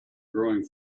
growing